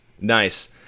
nice